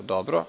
Dobro.